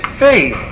faith